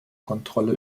kontrolle